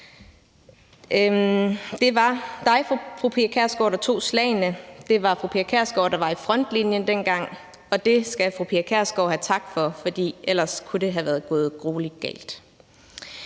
Det var dig, fru Pia Kjærsgaard, der tog slagene, det var fru Pia Kjærsgaard, der var i frontlinjen dengang, og det skal fru Pia Kjærsgaard have tak for, for ellers kunne det være gået gruelig galt.